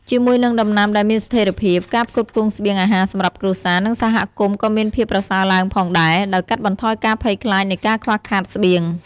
ជាមួយនឹងដំណាំដែលមានស្ថេរភាព ការផ្គត់ផ្គង់ស្បៀងអាហារសម្រាប់គ្រួសារ និងសហគមន៍ក៏មានភាពប្រសើរឡើងផងដែរ ដោយកាត់បន្ថយការភ័យខ្លាចនៃការខ្វះខាតស្បៀង។